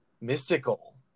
mystical